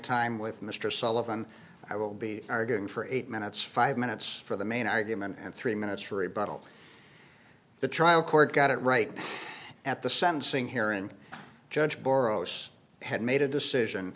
time with mr sullivan i will be arguing for eight minutes five minutes for the main argument and three minutes for rebuttal the trial court got it right at the sentencing hearing judge borroughs had made a decision